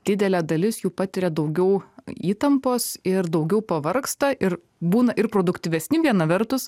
didelė dalis jų patiria daugiau įtampos ir daugiau pavargsta ir būna ir produktyvesni viena vertus